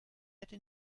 hätte